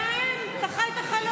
אתה חי את החלום.